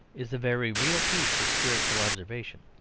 is a very real piece of spiritual observation.